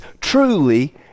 truly